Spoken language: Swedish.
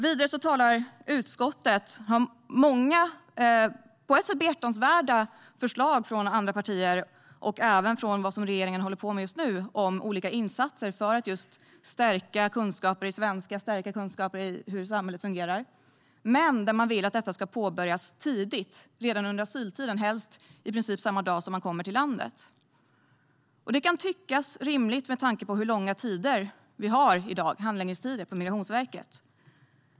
Vidare har andra partier i utskottet många på ett sätt behjärtansvärda förslag, i likhet med det som regeringen just nu håller på med, om olika insatser för att stärka kunskaper i svenska och i hur samhället fungerar. Man vill dock att detta ska påbörjas tidigt, redan under asyltiden och helst i princip samma dag som man kommer till landet. Det kan tyckas rimligt med tanke på hur långa handläggningstider vi har på Migrationsverket i dag.